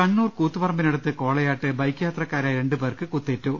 കണ്ണൂർ കൂത്തുപറമ്പിനടുത്ത് കോളയാട്ട് ബൈക്ക് യാത്ര ക്കാരായ രണ്ടുപ്പേർക്ക് കുത്തേറ്റു